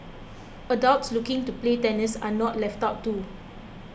adults looking to play tennis are not left out too